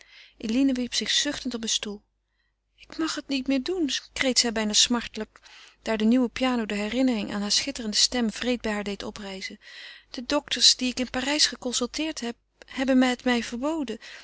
eline wierp zich zuchtend op een stoel ik mag het niet meer doen kreet zij bijna smartelijk daar de nieuwe piano de herinnering aan haar schitterende stem wreed bij haar deed oprijzen de dokters die ik in parijs geconsulteerd heb hebben het mij verboden